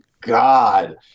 god